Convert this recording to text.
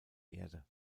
erde